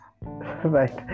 right